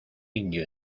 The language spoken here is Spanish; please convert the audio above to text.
indio